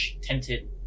tinted